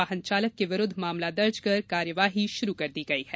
वाहन चालक के विरुद्ध मामला दर्ज कर कार्यवाही शुरू कर दी गई है